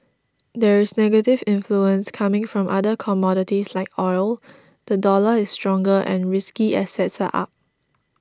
there is negative influence coming from other commodities like oil the dollar is stronger and risky assets are up